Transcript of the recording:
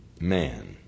man